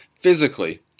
physically